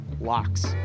locks